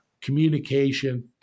communication